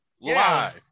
Live